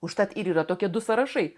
užtat ir yra tokie du sąrašai